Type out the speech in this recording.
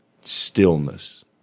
stillness